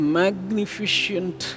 magnificent